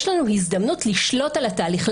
יש לנו הזדמנות לשלוט על התהליך,